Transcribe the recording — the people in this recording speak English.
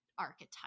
archetype